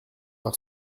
par